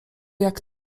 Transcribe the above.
jak